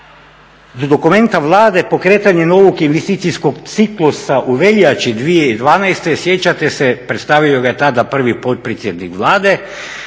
do dokumenta Vlade "Pokretanje novog investicijskog ciklusa u veljači 2012." Sjećate se, predstavio ga je tada prvi potpredsjednik Vlade